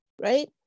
right